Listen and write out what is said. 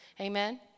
Amen